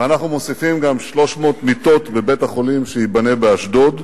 ואנחנו מוסיפים גם 300 מיטות בבית-החולים שייבנה באשדוד,